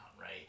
right